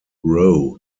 rowe